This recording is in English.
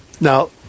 Now